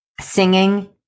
singing